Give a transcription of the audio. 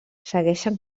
segueixen